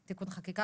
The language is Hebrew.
תיקון חקיקה.